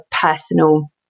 personal